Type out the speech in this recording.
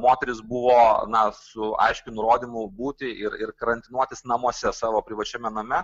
moteris buvo na su aiškiu nurodymu būti ir ir karantinuotis namuose savo privačiame name